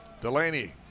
Delaney